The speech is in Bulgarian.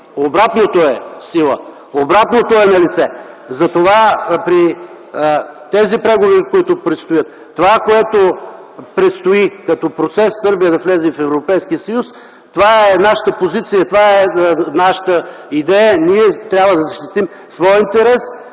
обратното е в сила, обратното е налице. Затова при тези преговори, които предстоят, това, което предстои като процес – Сърбия да влезе в Европейския съюз, това е нашата позиция, това е нашата идея. Ние трябва да защитим своя интерес,